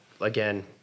again